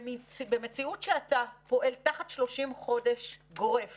במציאות שאתה פועל תחת 30 חודש גורף